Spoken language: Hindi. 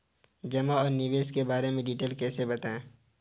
जमा और निवेश के बारे में डिटेल से बताएँ?